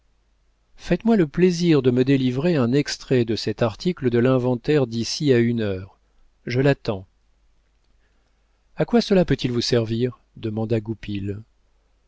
faites-moi le plaisir de me délivrer un extrait de cet article de l'inventaire d'ici à une heure je l'attends a quoi cela peut-il vous servir demanda